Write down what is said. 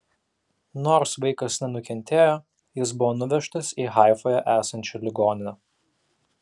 nors vaikas nenukentėjo jis buvo nuvežtas į haifoje esančią ligoninę